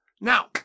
Now